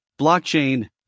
blockchain